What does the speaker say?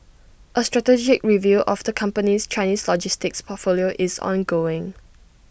A strategic review of the company's Chinese logistics portfolio is ongoing